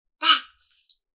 bats